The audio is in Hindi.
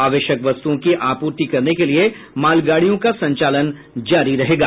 आवश्यक वस्तुओं की आपूर्ति करने के लिए मालगाड़ियों का संचालन जारी रहेगा